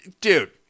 Dude